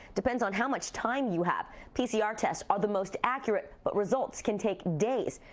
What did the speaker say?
depends on how much time you have. pcr tests are the most accurate but results can take days.